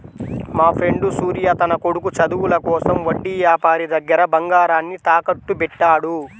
మాఫ్రెండు సూర్య తన కొడుకు చదువుల కోసం వడ్డీ యాపారి దగ్గర బంగారాన్ని తాకట్టుబెట్టాడు